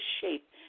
shape